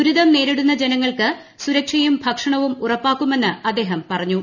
ദുരിതം ് നേരിടുന്ന ജനങ്ങൾക്ക് സുരക്ഷയും ഭക്ഷണവും ഉറപ്പാക്കുമെന്ന് അദ്ദേഹം പറഞ്ഞു